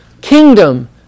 kingdom